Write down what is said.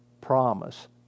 promise